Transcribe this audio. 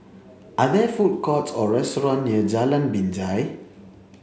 Are there food courts or restaurants near Jalan Binjai